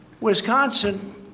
Wisconsin